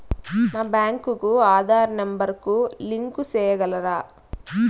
మా బ్యాంకు కు ఆధార్ నెంబర్ కు లింకు సేయగలరా?